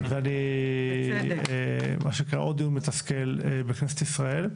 ואני מה שנקרא עוד דיון מתסכל בכנסת ישראל.